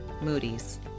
Moody's